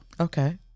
Okay